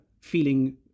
feeling